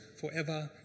forever